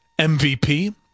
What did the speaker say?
MVP